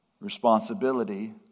responsibility